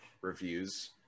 reviews